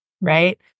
Right